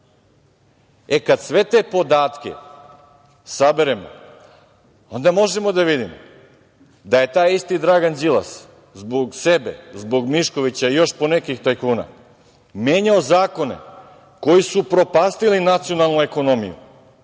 sve te podatke saberemo, onda možemo da vidimo da je taj isti Dragan Đilas zbog sebe, zbog Miškovića i još po nekih tajkuna menjao zakone koji su upropastili nacionalnu ekonomiju,